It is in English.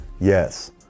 Yes